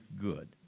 good